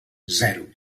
zero